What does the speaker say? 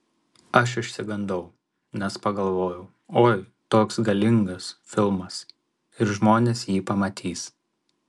aš išsigandau nes pagalvojau oi toks galingas filmas ir žmonės jį pamatys